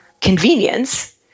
convenience